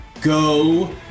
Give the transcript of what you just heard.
Go